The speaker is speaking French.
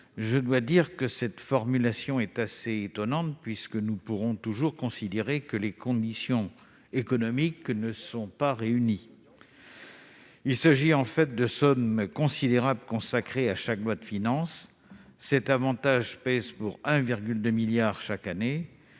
soutenables ». Cette formulation me paraît assez étonnante, puisque nous pourrons toujours considérer que les conditions économiques ne sont pas réunies : il s'agit en fait de sommes considérables consacrées à chaque loi de finances, cet avantage pesant 1,2 milliard d'euros chaque année.